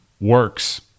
works